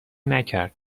نکرد